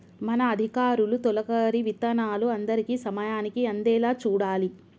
మన అధికారులు తొలకరి విత్తనాలు అందరికీ సమయానికి అందేలా చూడాలి